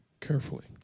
carefully